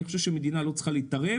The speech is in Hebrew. אני חושב שהמדינה לא צריכה להתערב.